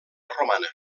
romana